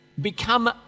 become